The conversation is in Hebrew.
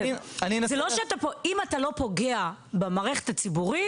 אם אתה לא פוגע במערכת הציבורית,